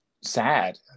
sad